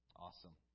Awesome